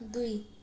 दुई